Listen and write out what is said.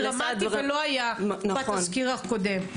זה דרמטי ולא היה בתזכיר הקודם.